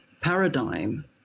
paradigm